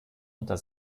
unter